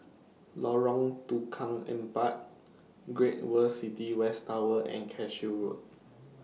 Lorong Tukang Empat Great World City West Tower and Cashew Road